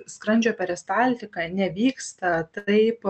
skrandžio peristaltika nevyksta taip